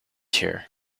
here